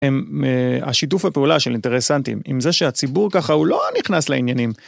השיתוף הפעולה של אינטרסנטים עם זה שהציבור ככה הוא לא נכנס לעניינים.